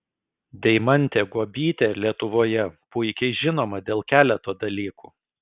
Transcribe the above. deimantė guobytė lietuvoje puikiai žinoma dėl keleto dalykų